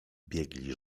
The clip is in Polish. biegli